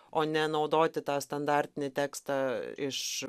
o ne naudoti tą standartinį tekstą iš